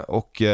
och